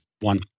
one